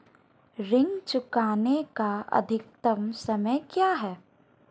ऋण चुकाने का अधिकतम समय क्या है?